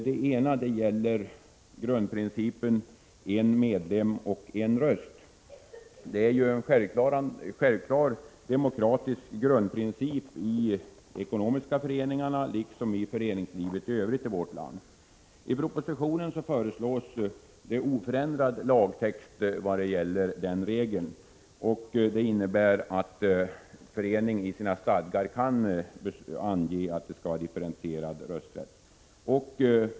Det ena gäller grundprincipen en medlem-en röst. Detta är ju en självklar demokratisk grundprincip i de ekonomiska föreningarna liksom i föreningslivet i Övrigt i vårt land. I propositionen föreslås det oförändrad lagtext i vad gäller den regeln, och det innebär att förening i sina stadgar kan ange att det skall vara differentierad rösträtt.